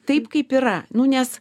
taip kaip yra nu nes